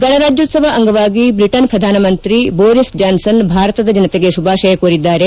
ಗಣರಾಜ್ಯೋತ್ಸವ ಅಂಗವಾಗಿ ಬ್ರಿಟನ್ ಪ್ರಧಾನಮಂತ್ರಿ ಬೋರಿಸ್ ಜಾನ್ಸನ್ ಭಾರತದ ಜನತೆಗೆ ಶುಭಾಶಯ ಕೋರಿದ್ದಾರೆ